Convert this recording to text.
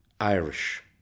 Irish